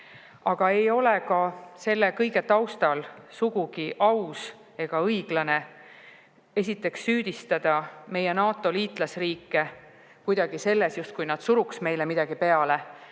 Aga ei ole ka selle kõige taustal sugugi aus ega õiglane süüdistada meie NATO liitlasriike kuidagi selles, justkui nad suruks meile midagi peale,